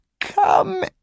Come